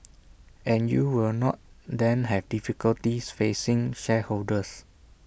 and you will not then have difficulties facing shareholders